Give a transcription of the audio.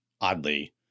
oddly